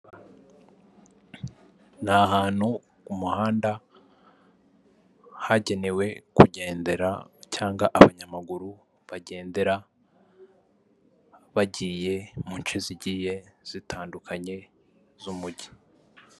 Ni ahantutu umuhanda hagenewe kugendera, cyangwa abanyamaguru bagendera bagiye mu nce zigiye zitandukanye z'umujyi.